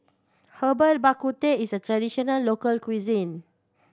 Herbal Bak Ku Teh is a traditional local cuisine